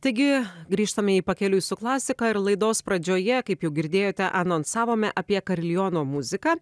taigi grįžtame į pakeliui su klasika ir laidos pradžioje kaip jau girdėjote anonsavome apie kariliono muziką